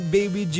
Baby